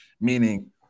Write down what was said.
meaning